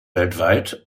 weltweit